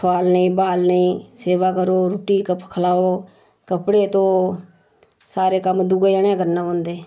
ठोआलने ई बाह्लने ई सेवा करो रुट्टी खलाओ कपड़े धो सारे कम्म दुए जने गै करना पौंदे